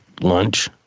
lunch